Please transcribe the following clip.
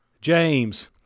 James